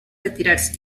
retirarse